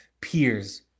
peers